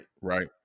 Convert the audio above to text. Right